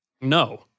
No